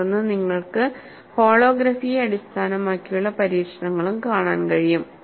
തുടർന്ന് നിങ്ങൾക്ക് ഹോളോഗ്രാഫിയെ അടിസ്ഥാനമാക്കിയുള്ള പരീക്ഷണങ്ങളും കാണാൻ കഴിയും